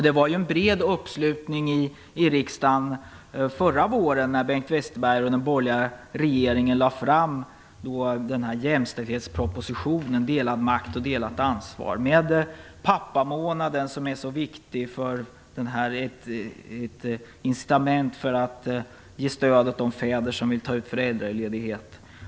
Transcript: Det var ju en bred uppslutning i riksdagen förra våren när Bengt Westerberg och den borgerliga regeringen lade fram jämställdhetspropositionen Delad makt - delat ansvar. Den innehöll pappamånaden som är så viktig för att ge incitament och stöd för de fäder som vill ta ut föräldraledighet.